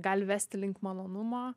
gali vesti link malonumo